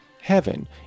heaven